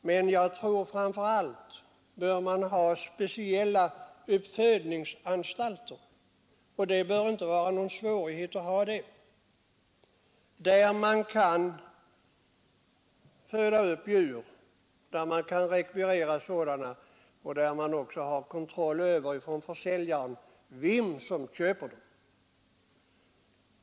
Men framför allt tror jag att man måste ha speciella uppfödningsanstalter — det bör inte vara svårt att skapa sådana — från vilka man kan rekvirera djuren och ha kontroll över vem som köper dem.